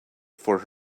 for